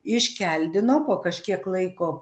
iškeldino po kažkiek laiko